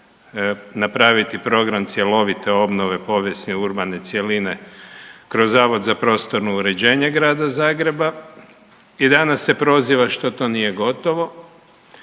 napraviti program cjelovite obnove povijesne urbane cjeline kroz Zavod za prostorno uređenje Grada Zagreba i danas se proziva što to nije gotovo,